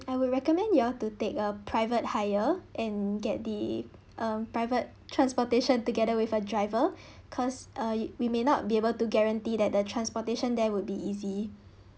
I would recommend you all to take a private hire and get the um private transportation together with a driver because uh we may not be able to guarantee that the transportation there would be easy